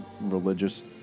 religious